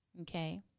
okay